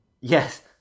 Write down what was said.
Yes